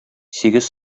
сигез